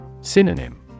Synonym